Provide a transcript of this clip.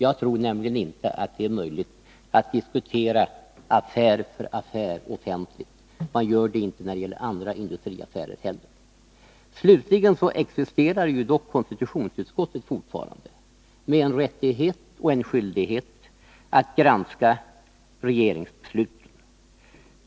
Jag tror nämligen inte att det är möjligt att diskutera affär för affär offentligt — man gör det inte när det gäller andra industriaffärer heller. Slutligen existerar också konstitutionsutskottet fortfarande med en rättighet och en skyldighet att granska regeringsbesluten.